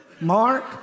Mark